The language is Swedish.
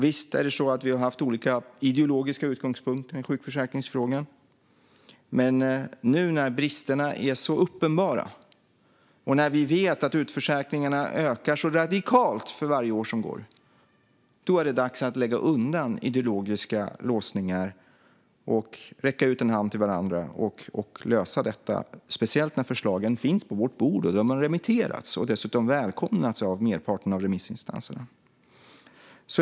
Visst har vi haft olika ideologiska utgångspunkter i sjukförsäkringsfrågan, men nu när bristerna är så uppenbara och när vi vet att utförsäkringarna ökar så radikalt för varje år som går är det dags att lägga undan ideologiska låsningar, räcka ut en hand till varandra och lösa problemet. Detta gäller speciellt det förslag som finns på vårt bord och har remitterats. Det har dessutom välkomnats av merparten av remissinstanserna.